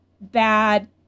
bad